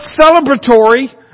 celebratory